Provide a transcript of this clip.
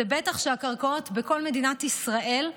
הוא בטח שהקרקעות במדינת ישראל,